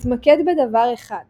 להתמקד בדבר אחד